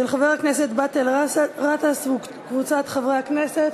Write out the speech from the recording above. של חבר הכנסת באסל גטאס וקבוצת חברי הכנסת.